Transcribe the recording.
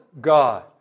God